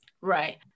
Right